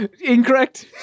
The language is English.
Incorrect